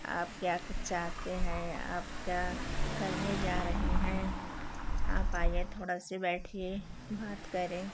आप क्या चाहते हैं आप क्या करने जा रहे हैं आप आइए थोड़ा से बैठिए बात करें